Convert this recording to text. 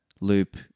loop